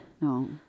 No